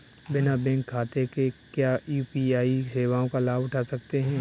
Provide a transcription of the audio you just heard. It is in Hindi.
बिना बैंक खाते के क्या यू.पी.आई सेवाओं का लाभ उठा सकते हैं?